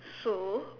so